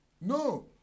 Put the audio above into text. No